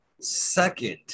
second